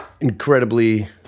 incredibly